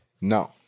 No